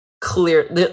clear